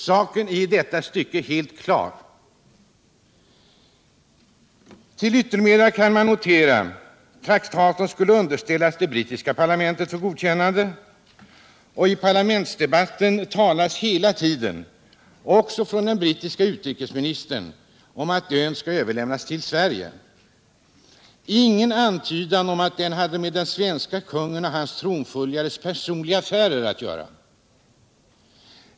Saken är i detta stycke helt klar. Till yttermera visso kan man notera att traktaten skulle underställas det brittiska parlamentet för godkännande. I parlamentsdebatten talas hela tiden — också från brittiske utrikesministern — om att ön skall överlämnas till Sverige. Ingen antydan förekommer om att den hade med den svenske kungens och hans arvingars personliga affärer att göra.